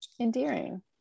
endearing